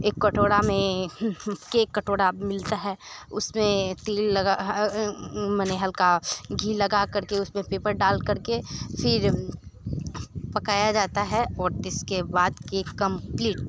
एक कटोरा में केक कटोरा मिलता है उसमें तेल लगा मने हल्का घी लगाकर के उसमें पेपर डालकर के फिर पकाया जाता है और इसके बाद केक कंप्लीट